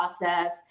process